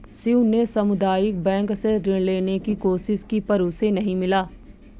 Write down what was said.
शिव ने सामुदायिक बैंक से ऋण लेने की कोशिश की पर उसे नही मिला